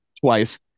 twice